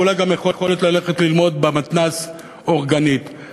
ואולי גם יכולת ללכת ללמוד אורגנית במתנ"ס.